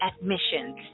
admissions